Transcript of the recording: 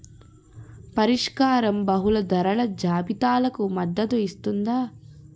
పరిష్కారం బహుళ ధరల జాబితాలకు మద్దతు ఇస్తుందా?